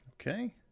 Okay